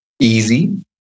easy